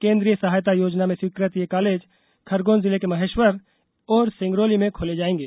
केन्द्रीय सहायता योजना में स्वीकृत ये कॉलेज खरगोन जिले के महेश्वर और सिगरौली में खोले जायेगे